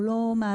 הוא לא מעלה,